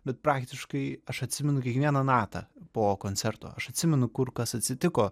bet praktiškai aš atsimenu kiekvieną natą po koncerto aš atsimenu kur kas atsitiko